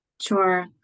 Sure